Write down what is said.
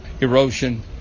erosion